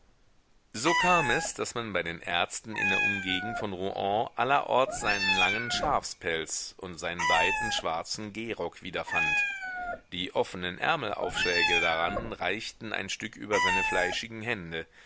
so kam es daß man bei den ärzten in der umgegend von rouen allerorts seinen langen schafspelz und seinen weiten schwarzen gehrock wiederfand die offenen ärmelaufschläge daran reichten ein stück über seine fleischigen hände